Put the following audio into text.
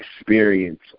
experience